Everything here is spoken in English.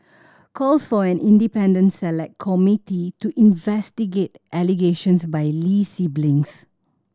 calls for an independent Select Committee to investigate allegations by Lee siblings